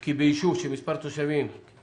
כי ביישוב שמספר התושבים בו